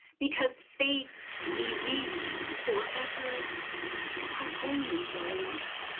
because faith belief forever are only words,